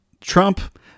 Trump